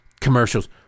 commercials